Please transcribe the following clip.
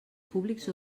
públics